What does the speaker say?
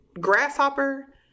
grasshopper